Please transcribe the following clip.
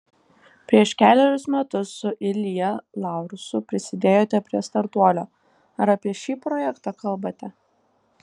prieš kelerius metus su ilja laursu prisidėjote prie startuolio ar apie šį projektą kalbate